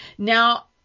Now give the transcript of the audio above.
Now